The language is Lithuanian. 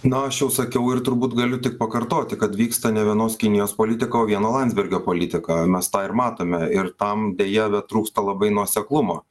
na aš jau sakiau ir turbūt galiu tik pakartoti kad vyksta ne vienos kinijos politika o vieno landsbergio politika mes tą ir matome ir tam deja bet trūksta labai nuoseklumo